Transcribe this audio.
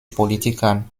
politikern